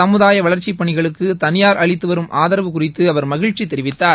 சமுதாய வளர்ச்சிப் பணிகளுக்கு தனியார் அளித்து வரும் ஆதரவு குறித்து அவர் மகிழ்ச்சி தெிவித்தார்